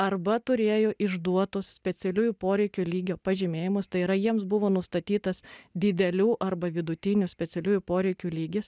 arba turėjo išduotus specialiųjų poreikių lygio pažymėjimus tai yra jiems buvo nustatytas didelių arba vidutinių specialiųjų poreikių lygis